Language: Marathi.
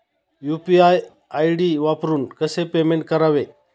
यु.पी.आय आय.डी वापरून कसे पेमेंट करावे?